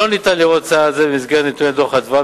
אי-אפשר לראות צעד זה במסגרת נתוני דוח "מרכז אדוה",